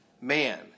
man